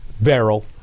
barrel